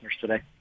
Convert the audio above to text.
today